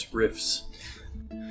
riffs